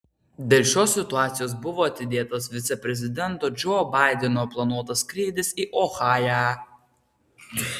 dėl šios situacijos buvo atidėtas viceprezidento džo baideno planuotas skrydis į ohają